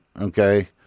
Okay